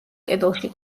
კედელში